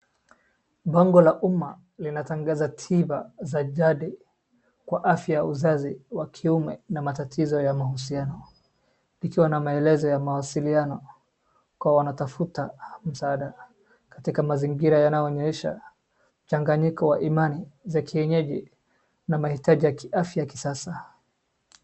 Bango la uma linatangaza tiba za jadi kwa afya ya uzazi wa kiume na matatizo ya mahusiano kukiwa na maelezo ya mawasiliano kwa wanaotafuta msaada. Katika mazingira yanayoonyesha mchanganyiko wa imani za kienyeji na mahitaji ya kiafya ya kisasa.